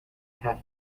half